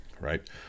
right